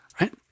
Right